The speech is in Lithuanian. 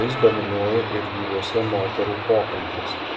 jis dominuoja ir gyvuose moterų pokalbiuose